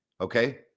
Okay